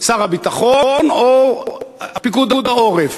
שר הביטחון או פיקוד העורף?